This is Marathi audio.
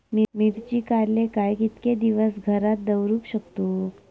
मिर्ची काडले काय कीतके दिवस घरात दवरुक शकतू?